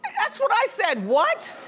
that's what i said, what?